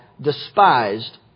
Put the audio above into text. despised